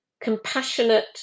compassionate